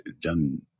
done